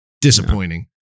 disappointing